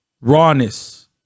Rawness